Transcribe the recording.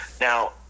now